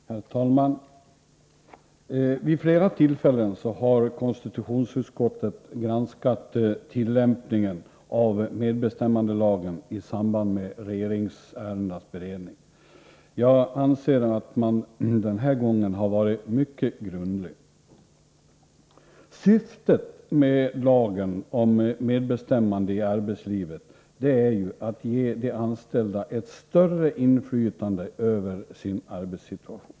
Herr talman! Vid flera tillfällen har konstitutionsutskottet granskat tillämpningen av medbestämmandelagen i samband med regeringsärendenas beredning. Jag anser att man den här gången har varit mycket grundlig. Syftet med lagen om medbestämmande i arbetslivet är att ge de anställda ett större inflytande över sin arbetssituation.